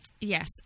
Yes